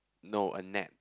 no a net